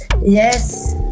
Yes